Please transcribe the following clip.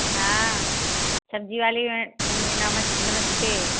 हाँ सब्ज़ी वाली ह नमस नमस्ते